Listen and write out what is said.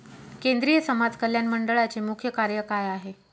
केंद्रिय समाज कल्याण मंडळाचे मुख्य कार्य काय आहे?